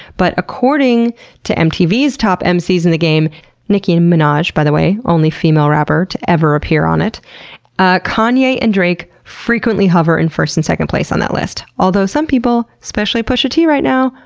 but according to mtv's top mcs in the game nicki minaj, by the way only female rapper to ever appear on it ah kanye and drake frequently hover in first and second place on that list. although some people, especially pusha t right now,